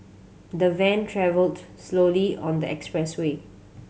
the van travelled slowly on the expressway